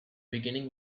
beginning